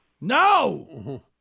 No